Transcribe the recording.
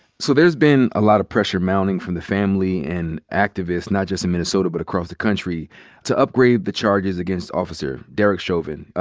so there's been a lot of pressure mounting from the family and activists not just in minnesota but across the country to upgrade the charges against officer derek chauvin. ah